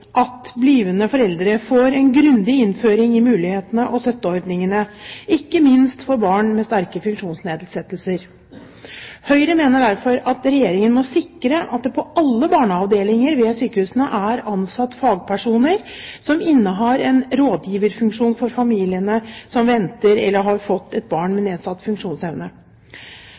at blivende foreldre får en grundig innføring i mulighetene og støtteordningene for ikke minst barn med sterke funksjonsnedsettelser. Høyre mener derfor at Regjeringen må sikre at det på alle barneavdelinger ved sykehusene er ansatt fagpersoner som innehar en rådgiverfunksjon for familiene som venter, eller har fått, et barn med nedsatt funksjonsevne.